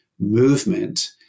movement